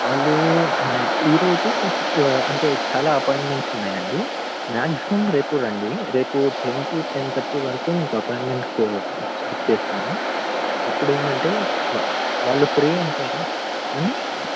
వాళ్ళు ఈ రోజు వచ్చి అంటే చాలా అపాయింట్మెంట్స్ ఉన్నాయండి మ్యాగ్జిమమ్ రేపు రండి రేపు టెన్ టు టెన్ థర్టీ వరకు మీకు అపాయింట్మెంట్ బుక్ చేస్తాను అప్పుడు ఏంటంటే వ వాళ్ళు ఫ్రీ ఉంటారు అండి